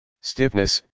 Stiffness